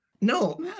No